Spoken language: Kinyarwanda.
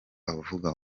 avuga